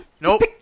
Nope